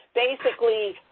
basically,